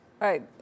right